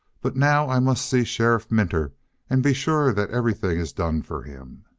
but now i must see sheriff minter and be sure that everything is done for him.